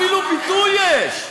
אפילו ביטוי יש.